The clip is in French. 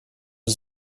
des